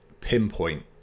pinpoint